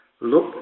Look